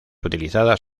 utilizadas